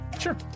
Sure